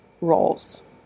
roles